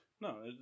No